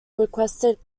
requested